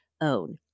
own